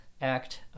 Act